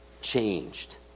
changed